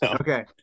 Okay